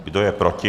Kdo je proti?